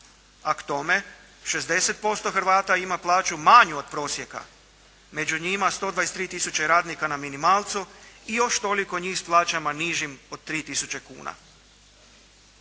a k tome 60% Hrvata ima plaću manju od prosjeka. Među njima 123 tisuće radnika na minimalcu i još toliko njih s plaćama nižim od 3 tisuće kuna.